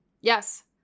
Yes